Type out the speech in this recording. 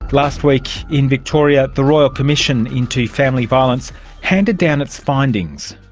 last week in victoria the royal commission into family violence handed down its findings,